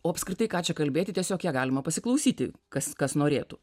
o apskritai ką čia kalbėti tiesiog ją galima pasiklausyti kas kas norėtų